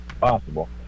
possible